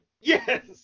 yes